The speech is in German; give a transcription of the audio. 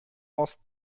ost